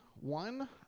one